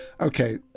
Okay